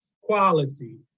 quality